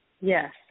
Yes